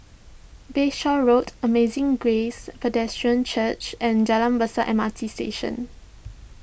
Bayshore Road Amazing Grace Presbyterian Church and Jalan Besar M R T Station